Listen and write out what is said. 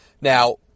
Now